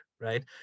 right